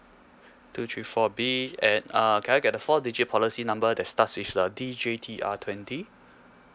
two three four B and uh can I get the four digit policy number that starts with T J T R twenty